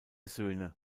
söhne